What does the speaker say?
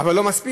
אבל לא מספיק.